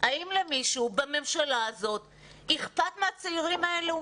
האם למישהו בממשלה הזאת אכפת מן הצעירים האלה?